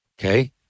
Okay